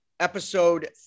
Episode